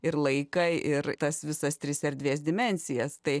ir laiką ir tas visas tris erdvės dimensijas tai